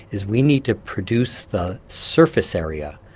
is we need to produce the surface area.